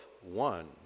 one